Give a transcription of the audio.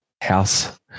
house